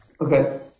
Okay